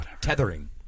Tethering